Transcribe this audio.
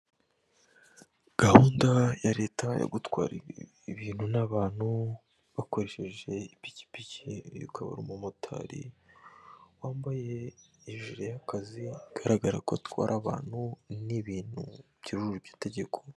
Gahunda ya leta yo gutwara ibintu n'abantu bakoresheje ipikipiki, uyu akaba ari umumotari wambaye ijire y'akazi igaragara ko atwara abantu n'ibintu byujuryo itegeko.